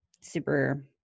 super